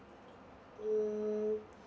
mm